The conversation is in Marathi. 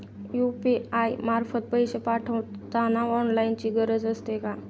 यु.पी.आय मार्फत पैसे पाठवताना लॉगइनची गरज असते का?